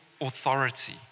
authority